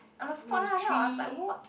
on the spot lah then I was like what